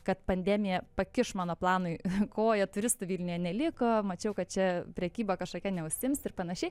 kad pandemija pakiš mano planui koją turistų vilniuje neliko mačiau kad čia prekyba kažkokia neužsiimsi ir panašiai